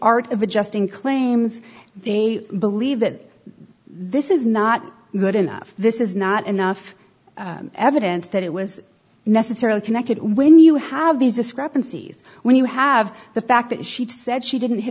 art of adjusting claims they believe that this is not good enough this is not enough evidence that it was necessarily connected when you have these discrepancies when you have the fact that she said she didn't hit